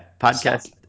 podcast